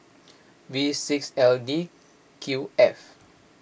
V six L D Q F